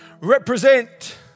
represent